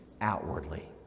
outwardly